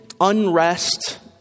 unrest